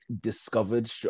discovered